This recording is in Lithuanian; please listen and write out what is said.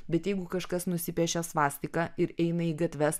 bet jeigu kažkas nusipiešė svastika ir eina į gatves